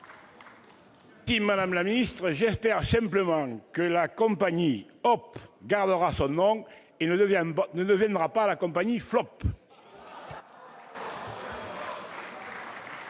madame la ministre. J'espère simplement que la compagnie Hop ! gardera son nom et ne deviendra pas la compagnie Flop